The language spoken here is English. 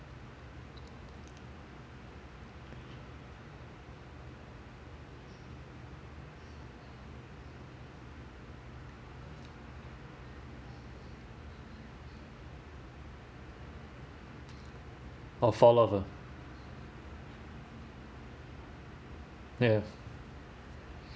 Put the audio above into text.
or follow her yes